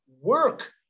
work